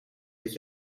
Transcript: dit